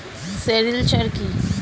Sericulture কি?